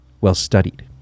well-studied